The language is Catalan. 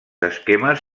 esquemes